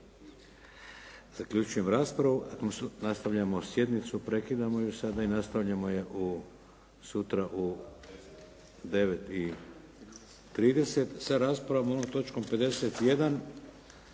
Zaključujem raspravu. Nastavljamo sjednicu, prekidamo je sada i nastavljamo je sutra u 9,30 sa raspravom o onom točkom 51.